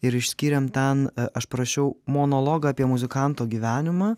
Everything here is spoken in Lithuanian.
ir išskyrėm ten aš prašiau monologą apie muzikanto gyvenimą